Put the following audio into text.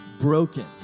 broken